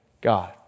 God